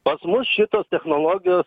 pas mus šitos technologijos